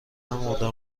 نمـردم